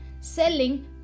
selling